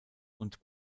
und